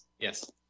Yes